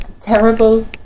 Terrible